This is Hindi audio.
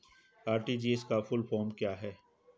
आर.टी.जी.एस का फुल फॉर्म क्या है?